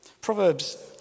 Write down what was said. Proverbs